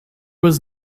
was